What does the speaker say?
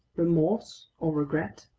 remorse or regret?